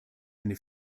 eine